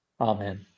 amen